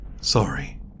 sorry